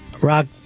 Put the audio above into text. rock